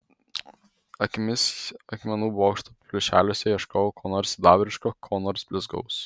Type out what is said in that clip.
akimis akmenų bokštų plyšeliuose ieškojau ko nors sidabriško ko nors blizgaus